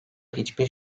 hiçbir